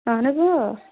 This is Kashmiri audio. اَہَن حظ اۭں